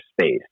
space